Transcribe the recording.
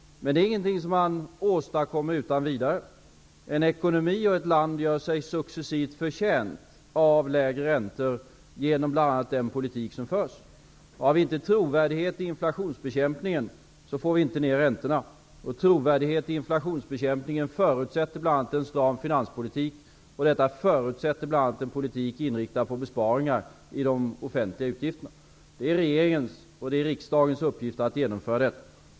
Men det är inte något som man åstadkommer utan vidare. En ekonomi och ett land gör sig successivt förtjänta av lägre räntor genom bl.a. den politik som förs. Om vi inte har någon trovärdighet i inflationsbekämpningen, får vi inte ner räntorna. Trovärdighet i inflationsbekämpningen förutsätter bl.a. en stram finanspolitik inriktad på besparingar i de offentliga utgifterna. Det är regeringens och riksdagens uppgift att genomföra detta.